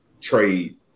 trade